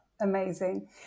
Amazing